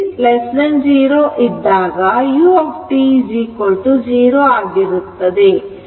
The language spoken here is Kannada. t0 ಇದ್ದಾಗ u0 ಆಗಿರುತ್ತದೆ